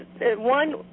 One